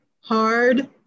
hard